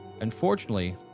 Unfortunately